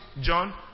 John